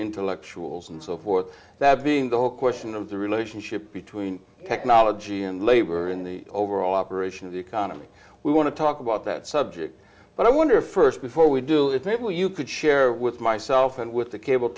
intellectuals and so forth that being the whole question of the relationship between technology and labor in the overall operation of the economy we want to talk about that subject but i wonder st before we do it will you could share with myself and with the cable